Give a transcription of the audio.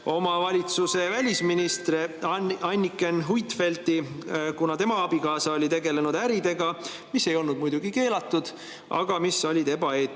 oma valitsuse välisministri Anniken Huitfeldti, kuna tema abikaasa oli tegelenud äridega, mis ei olnud muidugi keelatud, aga mis olid ebaeetilised.